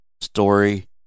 story